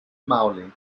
maule